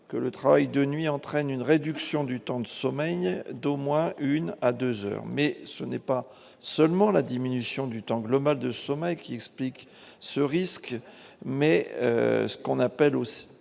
que le travail de nuit entraîne une réduction du temps de sommeil d'au moins une à 2 heures, mais ce n'est pas seulement la diminution du temps global de sommet qui expliquent ce risque, mais ce qu'on appelle aussi